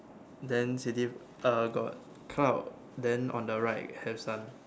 then uh got cloud then on the right has sun